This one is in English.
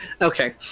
Okay